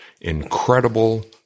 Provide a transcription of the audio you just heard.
incredible